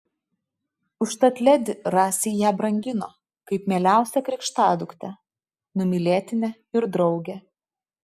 užtat ledi rasei ją brangino kaip mieliausią krikštaduktę numylėtinę ir draugę